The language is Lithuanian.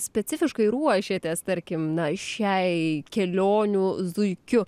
specifiškai ruošėtės tarkim na šiai kelionių zuikiu